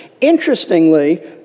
interestingly